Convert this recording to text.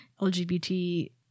lgbt